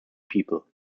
people